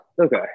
Okay